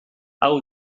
hau